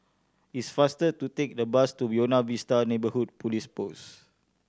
it is faster to take the bus to Buona Vista Neighbourhood Police Post